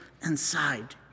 inside